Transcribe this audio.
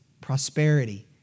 prosperity